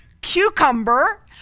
cucumber